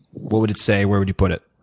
what would it say, where would you put it?